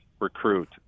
recruit